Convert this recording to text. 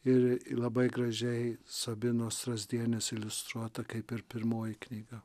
ir labai gražiai sabinos drazdienės iliustruota kaip ir pirmoji knyga